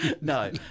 no